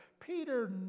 Peter